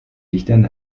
lichtern